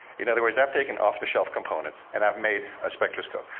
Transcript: in other words, i've taken off-the-shelf components, and i've made a spectroscope.